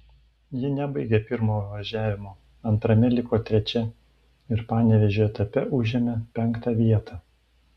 ji nebaigė pirmojo važiavimo antrame liko trečia ir panevėžio etape užėmė penktą vietą